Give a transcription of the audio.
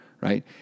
Right